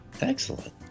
Excellent